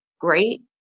great